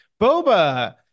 boba